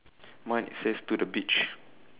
mine says to the beach